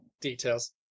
Details